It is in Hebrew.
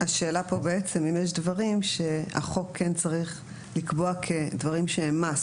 האם ישנם דברים שהחוק צריך לקבוע כדברים שהם Must?